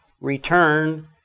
return